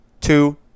two